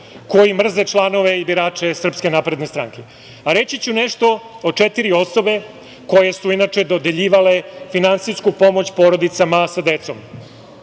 koji mrze članove i birače SNS.Reći ću nešto o četiri osobe koje su inače dodeljivale finansijsku pomoć porodicama sa decom